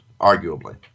arguably